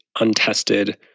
untested